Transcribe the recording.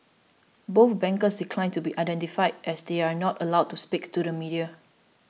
both bankers declined to be identified as they are not allowed to speak to the media